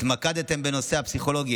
התמקדתם בנושא הפסיכולוגים.